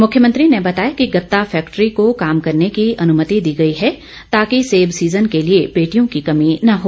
मुख्यमंत्री ने बताया कि गता फैक्टरी को काम करने की अनुमति दी गई है ताकि सेब सीजन के लिए पेटियों की कमी न हो